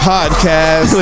Podcast